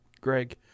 Greg